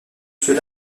cela